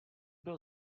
byl